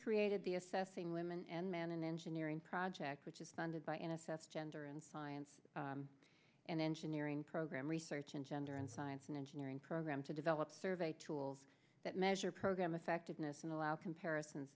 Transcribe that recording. created the assessing women and men in engineering project which is funded by n s f gender and science and engineering program research in gender and science and engineering program to develop survey tools that measure program effectiveness and allow comparisons